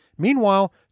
Meanwhile